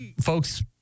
folks –